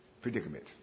predicament